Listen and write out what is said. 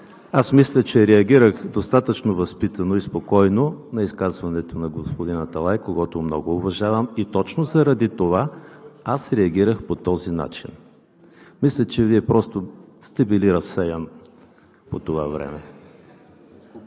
Аз мисля, че реагирах достатъчно възпитано и спокойно на изказването на господин Аталай, когото много уважавам, и точно заради това реагирах по този начин. Мисля, че Вие просто сте били разсеян по това време. (Реплики